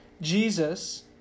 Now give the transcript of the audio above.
Jesus